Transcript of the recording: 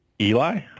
Eli